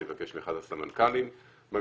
אני מבקש מאחד הסמנכ"לים מהמשרד,